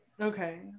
Okay